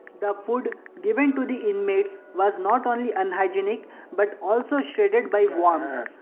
the food given to the inmates was not only unhygienic but also shredded by worms,